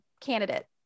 Candidate